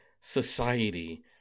society